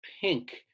pink